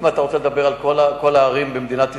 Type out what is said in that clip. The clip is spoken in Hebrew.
אם אתה רוצה לדבר על כל הערים במדינת ישראל,